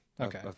okay